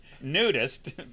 nudist